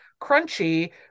crunchy